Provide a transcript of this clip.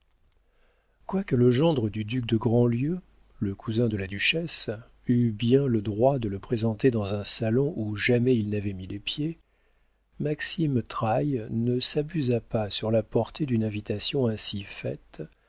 quoique le gendre du duc de grandlieu le cousin de la duchesse eût bien le droit de le présenter dans un salon où jamais il n'avait mis les pieds maxime de trailles ne s'abusa pas sur la portée d'une invitation ainsi faite